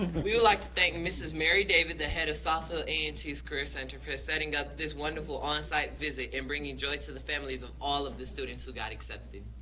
we would like to thank mrs. mary david, the head of southfield a and t's career center for setting up this wonderful on-site visit and bringing joy to the families of all of the students who got accepted.